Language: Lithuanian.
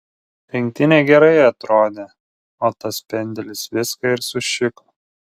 rinktinė gerai atrodė o tas pendelis viską ir sušiko